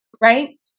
right